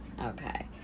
Okay